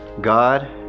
God